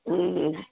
ہوں ہوں